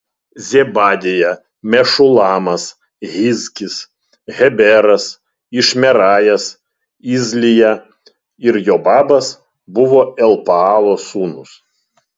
zebadija mešulamas hizkis heberas išmerajas izlija ir jobabas buvo elpaalo sūnūs